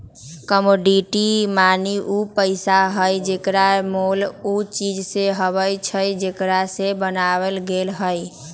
commodity money उ पइसा हइ जेकर मोल उ चीज से अबइ छइ जेकरा से बनायल गेल हइ